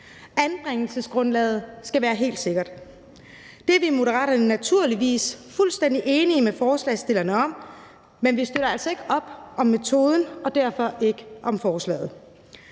Anbringelsesgrundlaget skal være helt sikkert. Det er vi i Moderaterne naturligvis fuldstændig enige med forslagsstillerne om, men vi støtter altså ikke op om metoden og derfor ikke om forslaget.